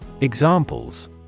Examples